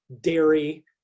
dairy